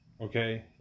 Okay